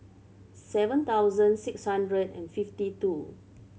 seven thousand six hundred and fifty two